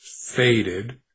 faded